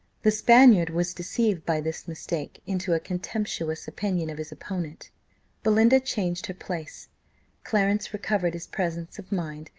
the spaniard was deceived by this mistake into a contemptuous opinion of his opponent belinda changed her place clarence recovered his presence of mind,